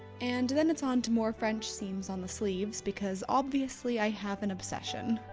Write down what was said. and then it's on to more french seams on the sleeves, because obviously i have an obsession.